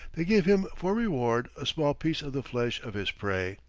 they give him for reward a small piece of the flesh of his prey.